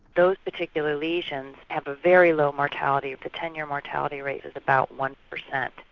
those particular lesions have a very low mortality. the ten-year mortality rate is about one per cent.